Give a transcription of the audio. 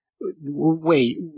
wait